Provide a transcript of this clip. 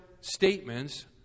statements